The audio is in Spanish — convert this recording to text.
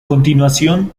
continuación